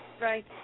Right